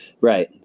right